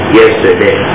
yesterday